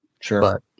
Sure